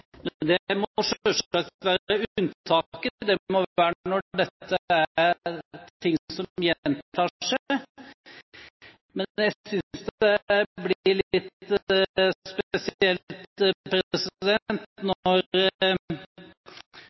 det må selvsagt være unntaket, det må være når dette er noe som gjentar seg. Jeg synes det blir litt spesielt